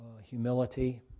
humility